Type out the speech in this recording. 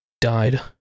died